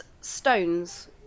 stones